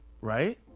right